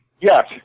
Yes